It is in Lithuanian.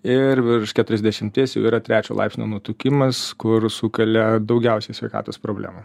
ir virš keturiasdešimties jau yra trečio laipsnio nutukimas kur sukelia daugiausiai sveikatos problemų